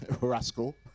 rascal